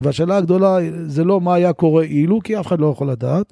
והשאלה הגדולה זה לא מה היה קורה אילו, כי אף אחד לא יכול לדעת.